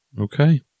okay